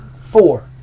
Four